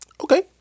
Okay